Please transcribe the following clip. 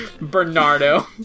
Bernardo